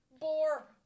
Boar